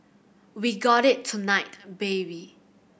we got it tonight baby